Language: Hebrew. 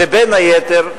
שבין היתר,